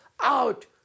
out